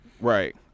Right